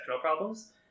problems